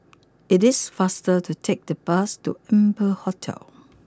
it is faster to take the bus to Amber Hotel